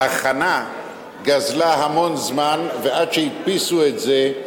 ההכנה גזלה המון זמן, ועד שהדפיסו את זה,